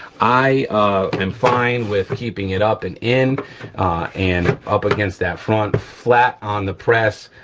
i am fine with keeping it up and in and up against that front flat on the press,